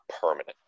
permanent